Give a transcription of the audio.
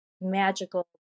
magical